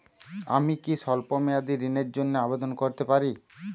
আমি কি স্বল্প মেয়াদি ঋণের জন্যে আবেদন করতে পারি?